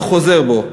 חוזר בו.